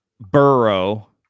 Burrow